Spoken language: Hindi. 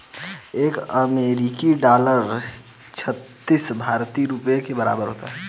एक अमेरिकी डॉलर छिहत्तर भारतीय रुपये के बराबर होता है